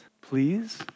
please